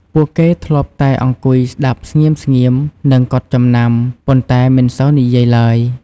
ពួកគេធ្លាប់តែអង្គុយស្តាប់ស្ងៀមៗ និងកត់ចំណាំ ប៉ុន្តែមិនសូវនិយាយឡើយ។